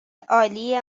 عالی